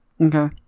Okay